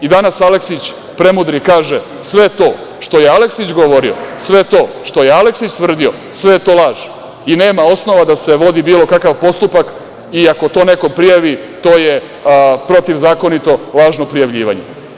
I danas Aleksić premudri kaže – sve to što je Aleksić govorio, sve to što je Aleksić tvrdio, sve je to laž i nema osnova da se vodi bilo kakav postupak i ako to neko prijavi, to je protivzakonito, lažno prijavljivanje.